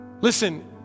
Listen